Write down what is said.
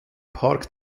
park